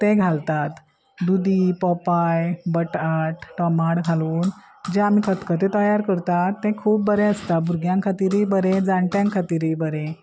ते घालतात दुदी पोपाय बटाट टोमाट घालून जे आमी खतखतें तयार करतात ते खूब बरें आसता भुरग्यां खातीरय बरे जाणट्यां खातीरय बरें